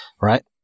right